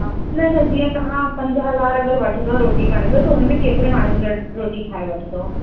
हा न न जीअं तव्हां पंज हज़ार अगरि वठदव रोटी करण जो त हुन में केतिरे माण्हूनि जो रोटी ठाहे वठंदव